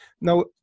now